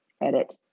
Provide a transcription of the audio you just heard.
edit